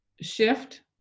shift